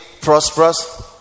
prosperous